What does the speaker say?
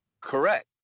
Correct